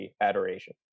adoration